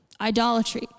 Idolatry